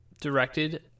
directed